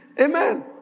Amen